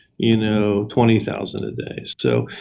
you know, twenty thousand a day. so,